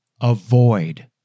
avoid